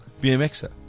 BMXer